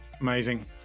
Amazing